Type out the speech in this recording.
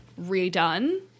redone